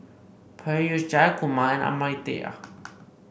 Peyush Jayakumar and Amartya